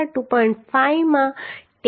તેથી આપણે 100 દ્વારા 2